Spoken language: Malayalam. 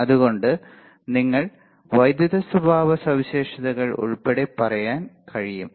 അതുകൊണ്ട് എനിക്ക് വൈദ്യുത സ്വഭാവസവിശേഷതകൾ ഉൾപ്പെടെ പറയാൻ കഴിയും